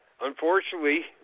Unfortunately